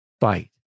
fight